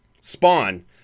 spawn